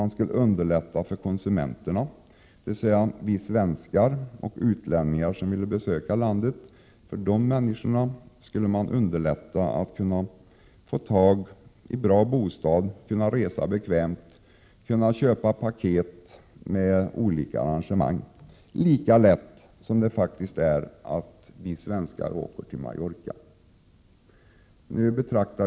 Man skulle underlätta för konsumenterna, dvs. för svenskar och utlänningar som vill besöka landet, att få tag i bra bostad, kunna resa bekvämt, kunna köpa paket med olika arrangemang lika lätt som det faktiskt är för oss svenskar att åka till Mallorca.